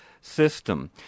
system